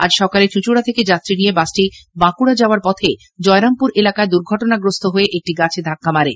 আজ সকালে চুচূঁড়া থেকে যাত্রী নিয়ে একটি বাস বাঁকুড়া যাওয়ার পথে জয়রামপুর এলাকায় দুর্ঘটনাগ্রস্ত হয়ে একটি গাছে ধাক্কা মারে